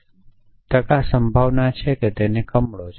7 છે